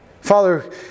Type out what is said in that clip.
Father